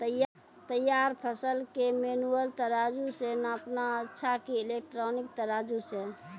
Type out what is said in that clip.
तैयार फसल के मेनुअल तराजु से नापना अच्छा कि इलेक्ट्रॉनिक तराजु से?